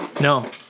No